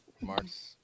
Mark's